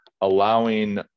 allowing